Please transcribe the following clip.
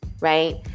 right